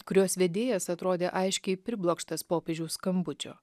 kurios vedėjas atrodė aiškiai priblokštas popiežiaus skambučio